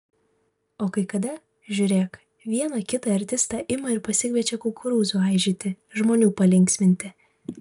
o kai kada žiūrėk vieną kitą artistą ima ir pasikviečia kukurūzų aižyti žmonių palinksminti